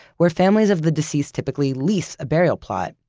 where families of the deceased typically lease a burial plot.